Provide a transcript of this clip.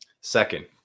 Second